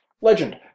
legend